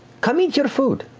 come eat your food.